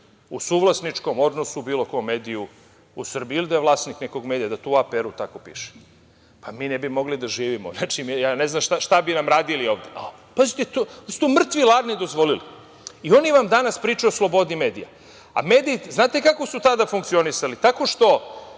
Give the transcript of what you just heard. u suvlasničkom odnosu u bilo kom mediju u Srbiji ili da je vlasnik nekog medija, da to u APR tako piše. Mi ne bi mogli da živimo. Ne znam šta bi nam radili ovde. Oni su to mrtvi ladni dozvolili i oni vam danas pričaju o slobodi medija. Znate kako su tada funkcionisali? Tako što